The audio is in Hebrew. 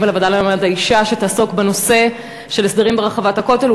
ולוועדה לקידום מעמד האישה תעסוק בנושא של הסדרים ברחבת הכותל,